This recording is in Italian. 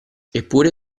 eppure